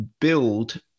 build